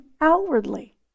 outwardly